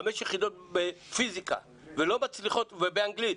חמש יחידות בפיזיקה ובאנגלית,